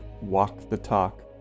walk-the-talk